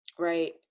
Right